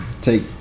take